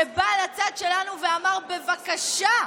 שבא לצד שלנו ואמר: בבקשה,